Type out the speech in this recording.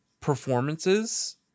performances